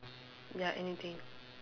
ya anything